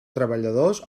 treballadors